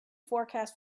forecast